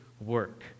work